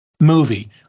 movie